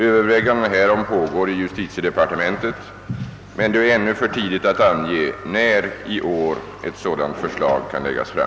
Överväganden härom pågår i justitiedepartementet, men det är ännu för tidigt att ange när i år ett sådant förslag kan läggas fram.